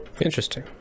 Interesting